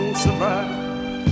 survive